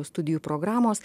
studijų programos